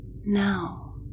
now